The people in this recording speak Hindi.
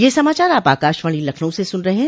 ब्रे क यह समाचार आप आकाशवाणी लखनऊ से सुन रहे हैं